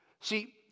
See